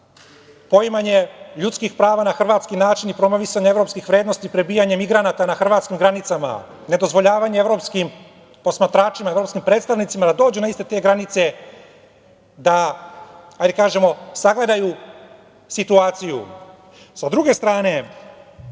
poimanje ljudskih prava na hrvatski način i promovisanje evropskih vrednosti prebijanje migranata na hrvatskim granicama, nedozvoljavanje evropskim posmatračima, evropskim predstavnicima da dođu na iste te granice da sagledaju situaciju? Sa druge strane,